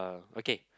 okay